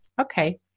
Okay